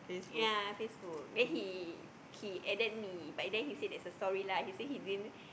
ya Facebook then he he added me but then he say there's a story lah he say he didn't